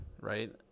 right